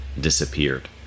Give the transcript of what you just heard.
disappeared